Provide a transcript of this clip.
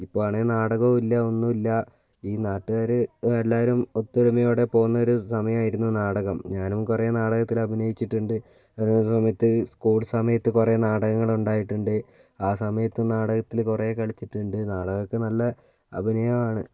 ഇപ്പം ആണേ നാടകമോ ഇല്ല ഒന്നും ഇല്ല ഈ നാട്ടുകാർ എല്ലാവരും ഒത്തൊരുമയോടെ പോകുന്ന ഒരു സമയമായിരുന്നു നാടകം ഞാനും കുറേ നാടകത്തിൽ അഭിനയിച്ചിട്ടുണ്ട് ഓരോ സമയത്ത് സ്കൂൾ സമയത്ത് കുറേ നാടകങ്ങൾ ഉണ്ടായിട്ടുണ്ട് ആ സമയത്ത് നാടകത്തിൽ കുറേ കളിച്ചിട്ടുണ്ട് നാടകമൊക്കെ നല്ല അഭിനയം ആണ്